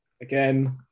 again